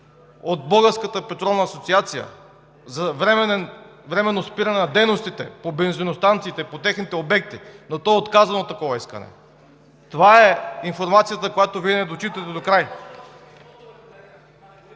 от Българската петролна асоциация за временно спиране на дейностите по бензиностанциите, по техните обекти, но е отказано такова искане. Това е информацията, която Вие не дочитате докрай.